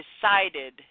decided